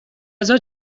غذا